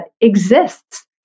exists